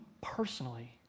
personally